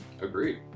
Agreed